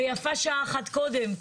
ויפה שעה אחת קודם.